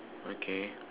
okay